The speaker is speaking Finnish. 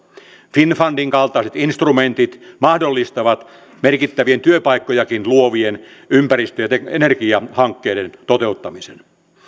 finnfundin kaltaiset instrumentit mahdollistavat merkittävien työpaikkojakin luovien ympäristö ja energiahankkeiden toteuttamisen